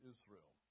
Israel